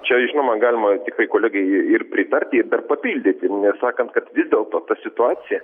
čia žinoma galima tiktai kolegai ir pritarti dar papildyti nesakant kad vis dėlto ta situacija